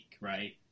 right